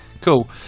cool